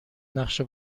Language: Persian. نقشه